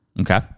Okay